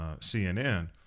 CNN